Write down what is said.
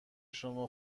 شما